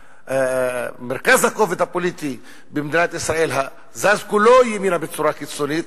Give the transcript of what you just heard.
כשמרכז הכובד הפוליטי במדינת ישראל זז כולו ימינה בצורה קיצונית,